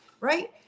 right